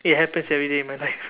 it happens everyday in my life